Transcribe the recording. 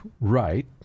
right